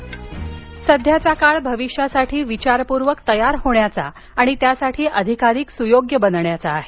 मोदी सध्याचा काळ भविष्यासाठी विचारपूर्वक तयार होण्याचा आणि त्यासाठी अधिकाधिक सुयोग्य होण्याचा आहे